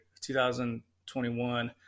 2021